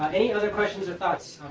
any other questions or thoughts?